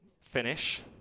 finish